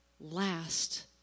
last